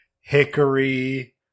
hickory